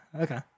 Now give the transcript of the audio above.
Okay